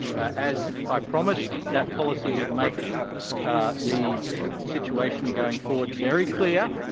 as i promised, that policy would make the situation going forward very clear,